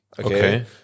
Okay